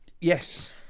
Yes